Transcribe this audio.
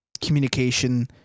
communication